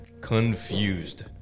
Confused